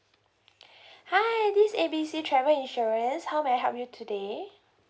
hi this is A B C travel insurance how may I help you today